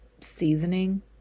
seasoning